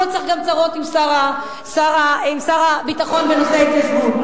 לא צריך גם צרות עם שר הביטחון בנושא ההתיישבות.